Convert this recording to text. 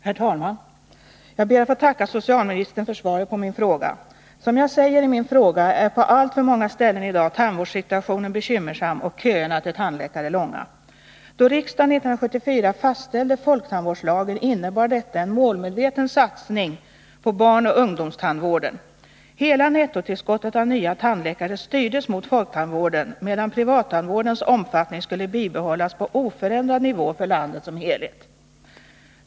Herr talman! Jag ber att få tacka socialministern för svaret på min fråga. Som jag säger i min fråga är tandvårdssituationen i dag på alltför många ställen bekymmersam och köerna till tandläkare långa. Då riksdagen 1974 fastställde folktandvårdslagen innebar detta en målmedveten satsning på barnoch ungdomstandvården. Hela nettotillskottet av nya tandläkare styrdes mot folktandvården, medan privattandvårdens omfattning skulle bibehållas på oförändrad nivå för landet som helhet.